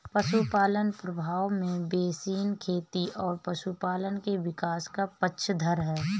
पशुपालन प्रभाव में बेसिन खेती और पशुपालन के विकास का पक्षधर है